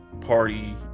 party